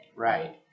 Right